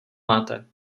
máte